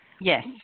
yes